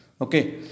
Okay